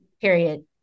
Period